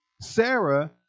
Sarah